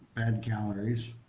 bad calories.